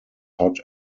hot